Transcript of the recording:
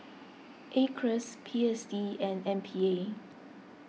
Acres P S D and M P A